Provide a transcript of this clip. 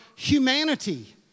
Humanity